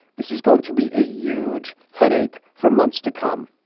this is going to be a huge headache for months to come.